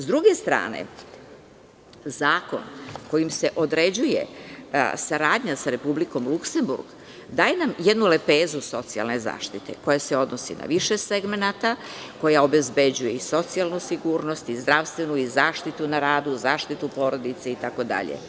S druge strane, zakon kojim se određuje saradnja sa Republikom Luksemburg, daje nam jednu lepezu socijalne zaštite koja se odnosi na više segmenata, koja obezbeđuje i socijalnu sigurnost, i zdravstvenu, i zaštitu na radu, zaštitu porodice itd.